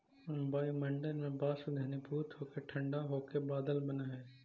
वायुमण्डल में वाष्प घनीभूत होके ठण्ढा होके बादल बनऽ हई